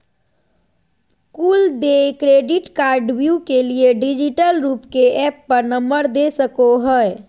कुल देय क्रेडिट कार्डव्यू के लिए डिजिटल रूप के ऐप पर नंबर दे सको हइ